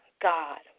God